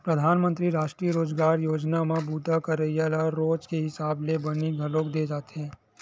परधानमंतरी रास्टीय रोजगार योजना म बूता करइया ल रोज के हिसाब ले बनी घलोक दे जावथे